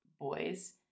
boys